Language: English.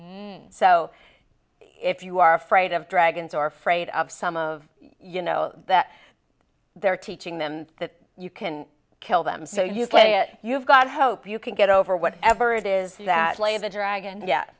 so if you are afraid of dragons are afraid of some of you know that they're teaching them that you can kill them so you claim you've got hope you can get over whatever it is that lay the dragon yet